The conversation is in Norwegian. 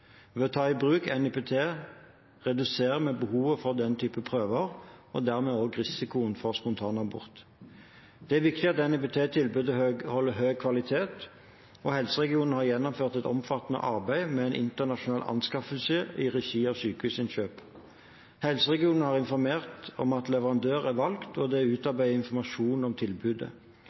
Ved å ta i bruk NIPT reduserer vi behovet for slike prøver og dermed risikoen for spontanabort. Det er viktig at NIPT-tilbudet holder høy kvalitet, og helseregionene har gjennomført et omfattende arbeid med en internasjonal anskaffelse i regi av Sykehusinnkjøp. Helseregionene har informert om at leverandør er valgt, og det er utarbeidet informasjon om tilbudet.